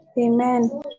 Amen